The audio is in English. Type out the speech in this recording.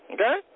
Okay